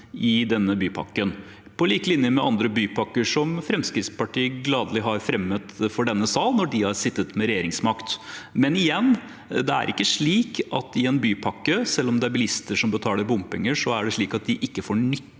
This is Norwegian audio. denne miksen, på lik linje med andre bypakker som Fremskrittspartiet gladelig har fremmet for denne sal når de har sittet med regjeringsmakt. Men igjen: Det er ikke slik i en bypakke, selv om det er bilister som betaler bompenger, at ikke bilistene får nytte